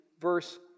Verse